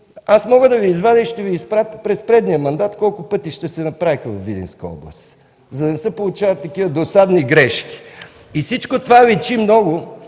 Аз мога да Ви извадя и ще Ви изпратя през предишния мандат колко пътища се направиха във Видинска област, за да не се получават такива досадни грешки. (Реплика на министър